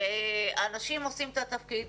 אנשים עושים את התפקיד.